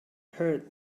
heard